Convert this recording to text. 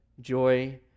joy